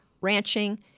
ranching